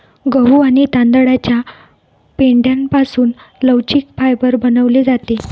गहू आणि तांदळाच्या पेंढ्यापासून लवचिक फायबर बनवले जाते